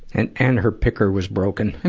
and, and her picker was broken.